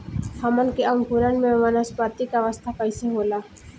हमन के अंकुरण में वानस्पतिक अवस्था कइसे होला?